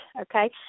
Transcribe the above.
okay